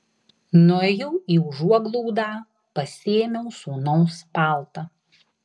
nuėjau į užuoglaudą pasiėmiau sūnaus paltą